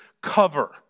cover